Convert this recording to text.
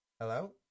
Hello